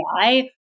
AI